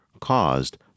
caused